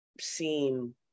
seem